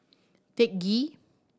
Teck Ghee